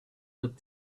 with